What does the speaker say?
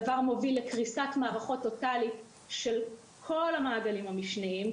הדבר מוביל לקריסת מערכות טוטאלית של כל המעגלים המשניים,